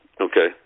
Okay